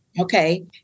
Okay